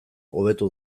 hobetu